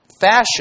fashion